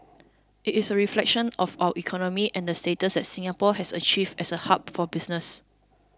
it is a reflection of our economy and the status that Singapore has achieved as a hub for business